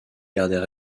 gardé